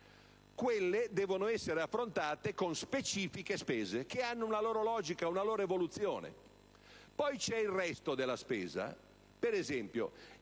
quelle devono essere affrontate con specifiche appostazioni, che hanno una loro logica ed evoluzione. Poi c'è il resto della spesa. Per esempio,